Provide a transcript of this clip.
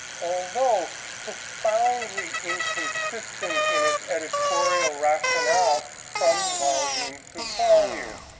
although profoundly inconsistent in its editorial rationale from volume to volume.